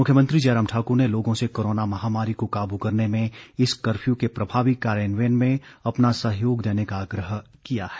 मुख्यमंत्री जयराम ठाक्र ने लोगों से कोरोना महामारी को काबू करने में इस कर्फ्य के प्रभावी कार्यन्वयन में अपना सहयोग देने का आग्रह किया है